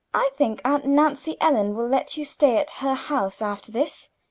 i think aunt nancy ellen will let you stay at her house after this,